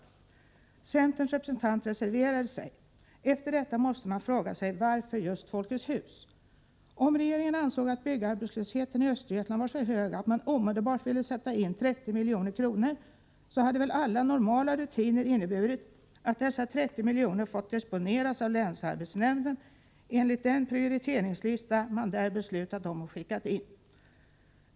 Centerns representant reserverade sig. Efter detta måste man fråga sig: Varför just Folkets hus? Om regeringen ansåg att byggarbetslösheten i Östergötland var så hög att man omedelbart lät sätta in 30 milj.kr., hade väl alla normala rutiner inneburit att dessa 30 miljoner fått disponeras av länsarbetsnämnden enligt den prioriteringslista som man beslutat om och skickat in.